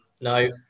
No